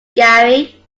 gary